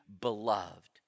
beloved